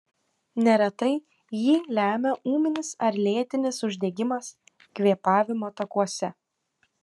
neretai jį lemia ūminis ar lėtinis uždegimas kvėpavimo takuose